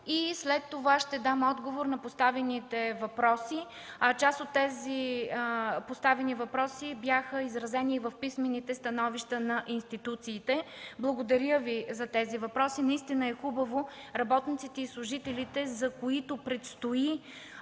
и след това ще дам отговор на поставените въпроси. Част от тези поставени въпроси бяха изразени в писмените становища на институциите. Благодаря Ви за тези въпроси. Наистина е хубаво работниците и служителите, за които предстои